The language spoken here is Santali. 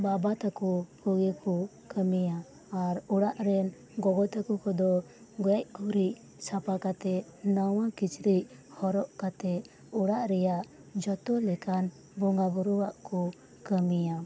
ᱵᱟᱵᱟ ᱛᱟᱠᱚ ᱠᱚ ᱜᱮ ᱠᱟᱹᱢᱤᱭᱟ ᱟᱨ ᱚᱲᱟᱜ ᱨᱮᱱ ᱜᱚᱜᱚ ᱛᱟᱠᱚ ᱠᱚᱫᱚ ᱜᱮᱡ ᱜᱩᱨᱤᱡ ᱥᱟᱯᱟ ᱠᱟᱛᱮᱫ ᱱᱟᱣᱟ ᱠᱤᱪᱨᱤᱡ ᱦᱚᱨᱚᱜ ᱠᱟᱛᱮᱫ ᱚᱲᱟᱜ ᱨᱮᱭᱟᱜ ᱡᱚᱛᱚ ᱞᱮᱠᱟᱱ ᱵᱚᱸᱜᱟ ᱵᱩᱨᱩᱭᱟᱜ ᱠᱚ ᱠᱟᱹᱢᱤᱭᱟ